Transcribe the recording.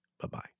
Bye-bye